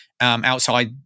outside